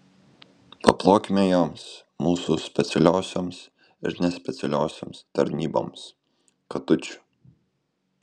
paplokime joms mūsų specialiosioms ir nespecialiosioms tarnyboms katučių